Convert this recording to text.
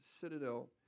citadel